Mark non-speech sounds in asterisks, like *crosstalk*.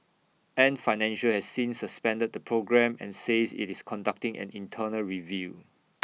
ant financial has since suspended the programme and says IT is conducting an internal review *noise*